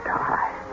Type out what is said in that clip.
die